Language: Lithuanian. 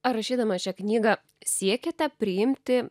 ar rašydama šią knygą siekėte priimti